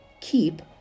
keep